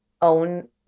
own